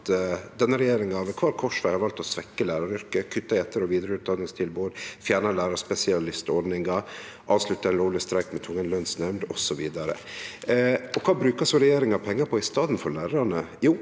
at denne regjeringa ved kvar korsveg har valt å svekkje læraryrket, kutte i etter- og vidareutdanningstilbod, fjerne lærarspesialistordninga, avslutte ein lovleg streik med tvungen lønsnemnd, osv. Kva brukar så regjeringa pengar på i staden for på lærarane?